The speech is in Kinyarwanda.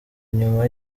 inyuma